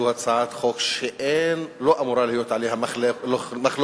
שהיא הצעה שלא אמורה להיות עליה מחלוקת.